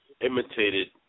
imitated